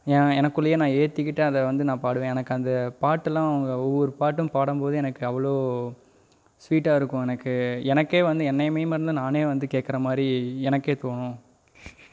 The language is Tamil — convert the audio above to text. எனக்குள்ளேயே நான் ஏற்றிக்கிட்டு அதை வந்து நான் பாடுவேன் எனக்கு அந்த பாட்டெல்லாம் அவங்க ஒவ்வொரு பாட்டும் பாடும் போது எனக்கு அவ்வளோ ஸ்வீட்டாக இருக்கும் எனக்கு எனக்கே வந்து என்னை மெய் மறந்து நானே வந்து கேட்குற மாதிரி எனக்கே தோணும்